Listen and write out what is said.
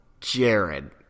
Jared